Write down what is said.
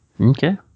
Okay